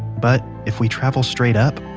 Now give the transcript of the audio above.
but if we travel straight up,